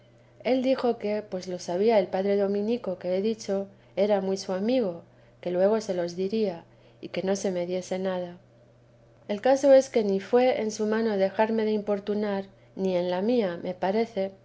el dijo que pues lo sabía el padre dominico que he dicho que era muy su amigo que luego se los diría y que no se me diese nada el caso es que ni fué en su mano dejarme de importunar ni en la mía me parece